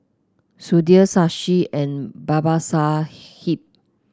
Sudhir Shashi and Babasaheb